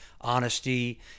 honesty